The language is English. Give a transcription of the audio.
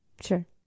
Sure